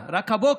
רק הבוקר.